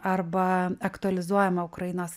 arba aktualizuojama ukrainos